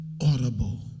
audible